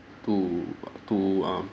to err to uh